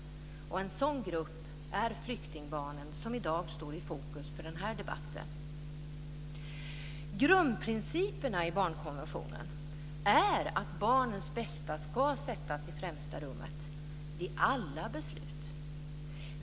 En sådan grupp är flyktingbarnen, som i dag står i fokus för denna debatt. Grundprinciperna i barnkonventionen är att barnets bästa ska sättas i främsta rummet vid alla beslut.